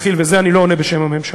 ואת זה אני לא עונה בשם הממשלה,